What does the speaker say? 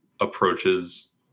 approaches